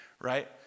right